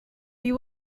you